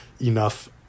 enough